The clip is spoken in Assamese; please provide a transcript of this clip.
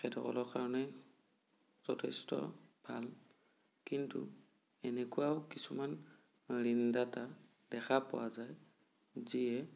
তেখেতসকলৰ কাৰণে যথেষ্ট ভাল কিন্তু এনেকুৱাও কিছুমান ঋণদাতা দেখা পোৱা যায় যিয়ে